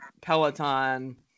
peloton